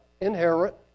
inherit